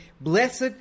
Blessed